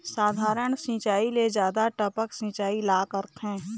साधारण सिचायी ले जादा टपक सिचायी ला करथे